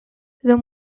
though